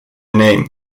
name